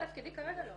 במסגרת תפקידי כרגע לא.